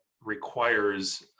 requires